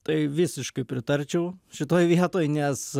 tai visiškai pritarčiau šitoj vietoj nes